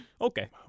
Okay